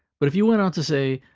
but if you went on to say,